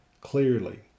Clearly